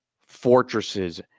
fortresses